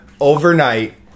overnight